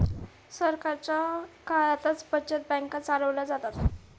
सरकारच्या काळातच बचत बँका चालवल्या जातात